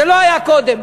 זה לא היה קודם.